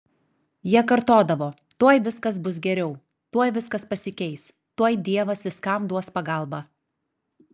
jie kartodavo tuoj viskas bus geriau tuoj viskas pasikeis tuoj dievas viskam duos pagalbą